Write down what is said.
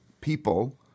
people